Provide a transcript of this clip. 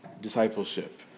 discipleship